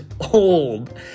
old